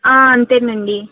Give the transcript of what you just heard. అంతేనండి